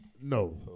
No